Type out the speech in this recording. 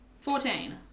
Fourteen